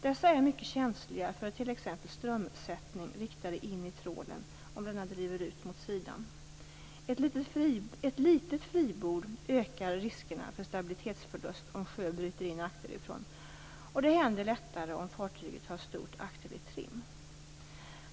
Dessa är mycket känsliga för t.ex. strömsättning riktad in i trålen om denna driver ut mot sidan. Ett litet fribord ökar riskerna för stabilitetsförlust om sjö bryter in akterifrån, och det händer lättare om fartyget har stort akterligt trim.